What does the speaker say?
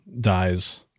dies